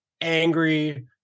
angry